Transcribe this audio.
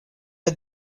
did